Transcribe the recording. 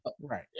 Right